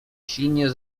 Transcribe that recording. silnie